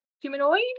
humanoid